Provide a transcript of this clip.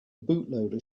bootloader